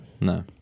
no